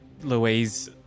Louise